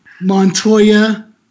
Montoya